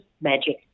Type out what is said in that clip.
magic